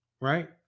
right